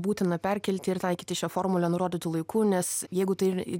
būtina perkelti ir taikyti šią formulę nurodytu laiku nes jeigu tai